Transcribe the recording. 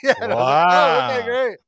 Wow